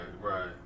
right